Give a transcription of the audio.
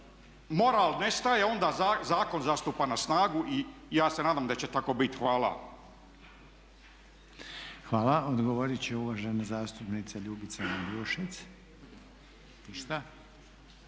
moral nestaje onda zakon nastupa na snagu i ja se nadam da će tako biti. Hvala. **Reiner, Željko (HDZ)** Hvala. Odgovoriti će uvažena zastupnica Ljubica Ambrušec.